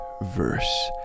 Verse